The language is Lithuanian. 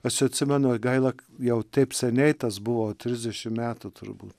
atsimenu jogaila jau taip seniai tas buvo trisdešimt metų turbūt